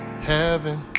heaven